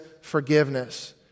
forgiveness